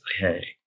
hey